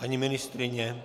Paní ministryně?